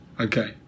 Okay